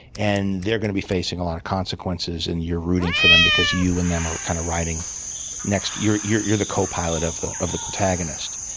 and they're gonna be facing a lot of consequences. and you're rooting for them, because you and them are kind of riding next to you're you're the copilot of the of the protagonist.